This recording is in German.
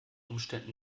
umständen